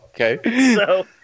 okay